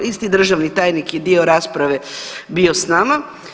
Isti državni tajnik je dio rasprave bio sa nama.